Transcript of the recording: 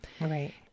Right